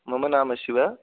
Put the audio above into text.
मम नाम शिवः